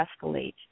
escalate